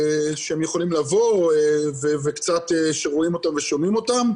שהם יכולים לבוא וקצת שרואים אותם ושומעים אותם.